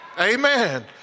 amen